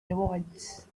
rewards